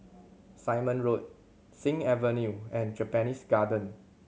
Simon Road Sing Avenue and Japanese Garden